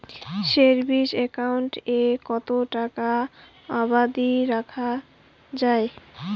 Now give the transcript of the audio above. Savings account এ কতো টাকা অব্দি রাখা যায়?